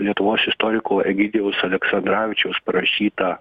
lietuvos istoriko egidijaus aleksandravičiaus parašyta